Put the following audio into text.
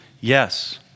Yes